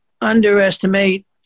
underestimate